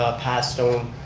ah pathstone,